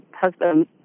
husband